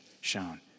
shown